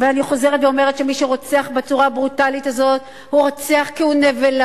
אני חוזרת ואומרת שמי שרוצח בצורה הברוטלית הזאת הוא רוצח כי הוא נבלה,